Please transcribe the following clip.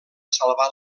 salvar